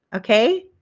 okay?